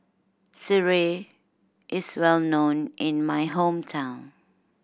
Sireh is well known in my hometown